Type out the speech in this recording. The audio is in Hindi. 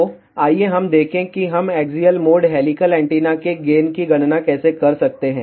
तो आइए हम देखें कि हम एक्सियल मोड हेलिकल एंटीना के गेन की गणना कैसे कर सकते हैं